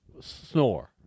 snore